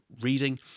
reading